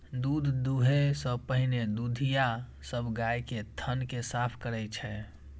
दूध दुहै सं पहिने दुधिया सब गाय के थन कें साफ करै छै